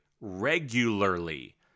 regularly